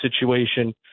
situation